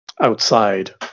outside